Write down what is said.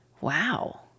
wow